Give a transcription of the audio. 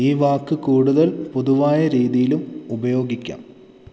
ഈ വാക്ക് കൂടുതൽ പൊതുവായ രീതിയിലും ഉപയോഗിക്കാം